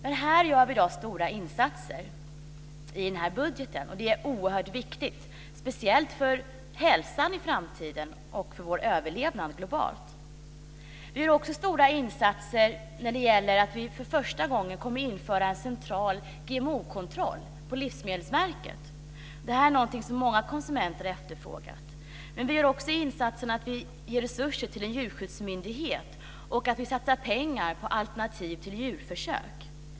Genom dagens budget gör vi här stora insatser, och det är oerhört viktigt, speciellt för hälsan i framtiden och för vår överlevnad globalt. Vi kommer nu för första gången att införa en central GMO-kontroll på Livsmedelsverket, och detta är någonting som många konsumenter har efterfrågat. Vi ger också resurser till en djurskyddsmyndighet, och vi satsar pengar på alternativ till djurförsök.